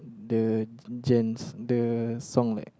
the gents the song like